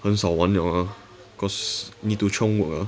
很少玩 liao ah cause need to 冲 ah